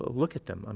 look at them. and